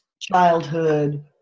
childhood